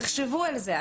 תחשבו על זה.